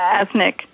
ethnic